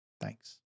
Thanks